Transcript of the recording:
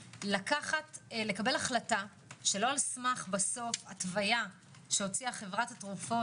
לקבל החלטה שלא על סמך התוויה שהוציאה חברת התרופות